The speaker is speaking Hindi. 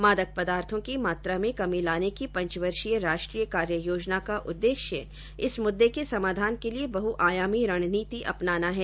मादक पदार्थो की मात्रा में कमी लाने की पंचवर्षीय राष्ट्रीय कार्ययोजना का उद्देश्य इस मुद्दे के समाधान के लिए बहुआयामी रणनीति अपनाना है